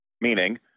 meaning